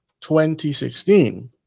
2016